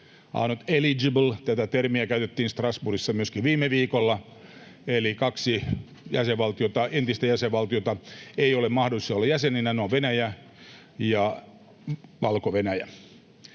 not eligible” — tätä termiä käytettiin myöskin Strasbourgissa viime viikolla — eli kahden entisen jäsenvaltion ei ole ollut mahdollista olla jäsenenä. Ne ovat Venäjä ja Valko-Venäjä.